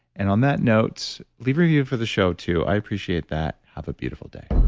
and on that note, leave a review for the show too. i appreciate that. have a beautiful day